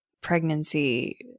pregnancy